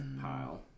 pile